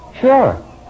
Sure